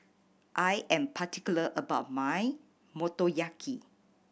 I am particular about my Motoyaki